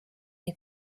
nei